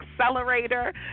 accelerator